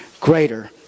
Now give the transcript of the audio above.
greater